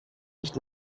nicht